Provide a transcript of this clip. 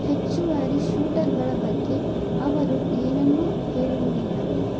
ಹೆಚ್ಚುವರಿ ಶೂಟರ್ಗಳ ಬಗ್ಗೆ ಅವರು ಏನನ್ನೂ ಹೇಳುವುದಿಲ್ಲ